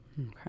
okay